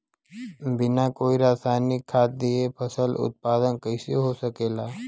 बिना कोई रसायनिक खाद दिए फसल उत्पादन कइसे हो सकेला?